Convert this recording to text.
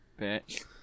Bitch